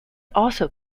also